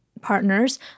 partners